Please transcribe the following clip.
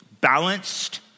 balanced